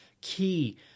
key